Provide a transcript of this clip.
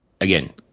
Again